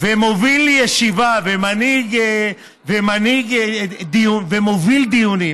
ומוביל ישיבהף ומנהיג דיון, ומוביל דיונים,